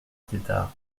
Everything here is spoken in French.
tetart